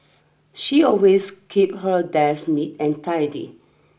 she always keep her desk neat and tidy